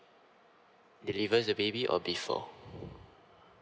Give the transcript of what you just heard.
delivers a baby or before